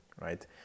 right